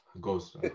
ghost